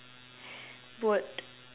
would